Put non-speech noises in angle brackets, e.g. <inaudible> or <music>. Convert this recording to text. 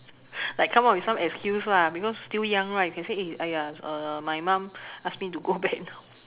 <laughs> like come up with some excuse lah because still young right can say eh my mum ask me to go back now